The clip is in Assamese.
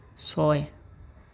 ছয়